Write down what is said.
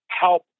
help